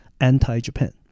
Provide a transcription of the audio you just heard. anti-Japan